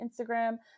Instagram